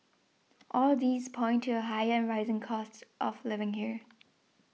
all these point to a higher rising cost of living here